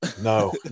No